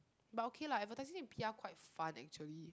but okay lah advertising and p_r quite fun actually